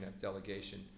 delegation